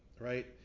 right